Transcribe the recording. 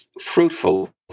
fruitful